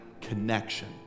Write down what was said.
connection